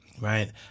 right